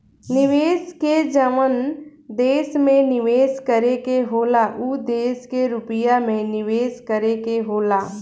निवेशक के जवन देश में निवेस करे के होला उ देश के रुपिया मे निवेस करे के होला